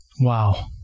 Wow